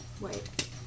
Wait